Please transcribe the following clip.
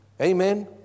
Amen